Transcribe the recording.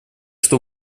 что